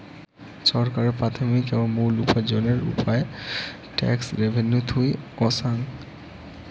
ছরকারের প্রাথমিক এবং মুল উপার্জনের উপায় ট্যাক্স রেভেন্যু থুই অসাং